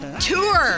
tour